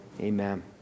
Amen